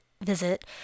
visit